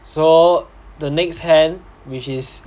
so the next hand which is